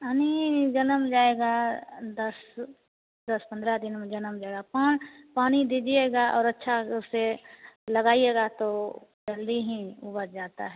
यानी जन्म जाएगा दस दस पंद्रह दिन में जन्म जाएगा पान पानी दीजिएगा और अच्छा उसे लगाइएगा तो जल्दी ही उपज जाता है